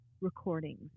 recordings